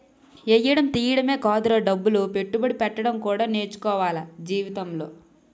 ఎయ్యడం తియ్యడమే కాదురా డబ్బులు పెట్టుబడి పెట్టడం కూడా నేర్చుకోవాల జీవితంలో